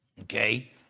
okay